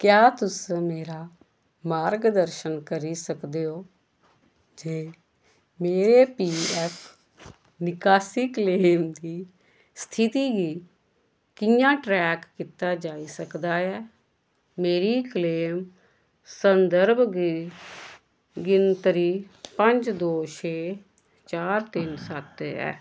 क्या तुस मेरा मार्गदर्शन करी सकदे ओ जे मेरे पी एफ निकासी क्लेम दी स्थिति गी कि'यां ट्रैक कीता जाई सकदा ऐ मेरी क्लेम संदर्भ गी गिनतरी पंज दो छे चार तिन्न सत्त ऐ